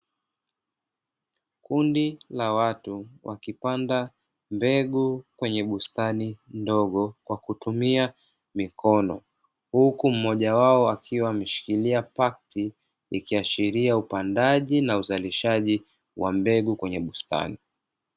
Kundi la watu wakipanda mbegu kwenye bustani ndogo kwa kutumia mikono, huku mmoja wao akiwa ameshikilia pakiti, ikiiashiria upandaji na uzalishaji wa mbegu kwenye bustani.